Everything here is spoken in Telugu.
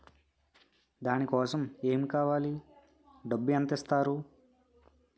దాని కోసం ఎమ్ కావాలి డబ్బు ఎంత ఇస్తారు?